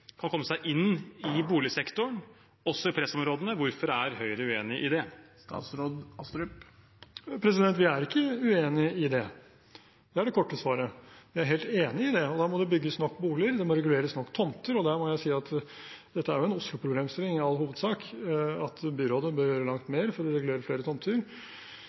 kan komme seg inn i boligsektoren, også i pressområdene. Hvorfor er Høyre uenig i det? Vi er ikke i uenig i det. Det er det korte svaret. Vi er helt enig i det. Da må det bygges nok boliger, og det må reguleres nok tomter. Der må jeg si at dette er jo en Oslo-problemstilling, i all hovedsak. Byrådet bør gjøre langt mer for å regulere flere